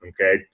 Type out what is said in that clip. Okay